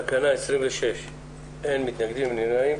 הצבעה אושר אין מתנגדים, אין נמנעים.